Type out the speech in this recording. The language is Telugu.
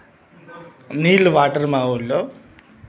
నీళ్ళు వాటర్ మా ఊర్లో